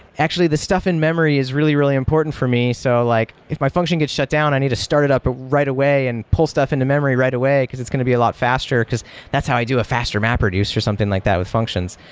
actually, the stuff in memory is really, really important for me. so like if my function gets shut down, i need to start it up right away and pull stuff into memory right away, because it's going to be a lot faster, because that's how i do a faster mapreduce, or something like that with functions,